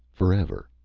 forever!